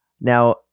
Now